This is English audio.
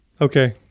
Okay